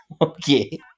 Okay